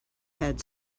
had